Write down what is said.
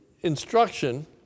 instruction